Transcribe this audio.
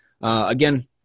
Again